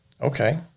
okay